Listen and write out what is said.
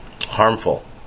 harmful